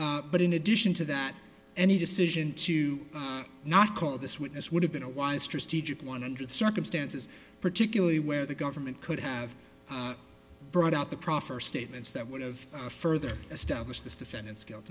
firm but in addition to that any decision to not call this witness would have been a wise strategic one hundred circumstances particularly where the government could have brought out the proffer statements that would have further establish this defendant's guilt